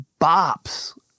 bops